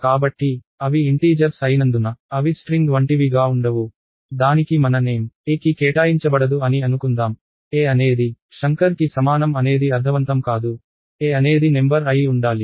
కాబట్టి అవి ఇంటీజర్స్ అయినందున అవి స్ట్రింగ్ వంటివి గా ఉండవు దానికి మన నేమ్ aకి కేటాయించబడదు అని అనుకుందాం a అనేది శంకర్ కి సమానం అనేది అర్ధవంతం కాదు a అనేది నెంబర్ అయి ఉండాలి